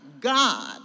God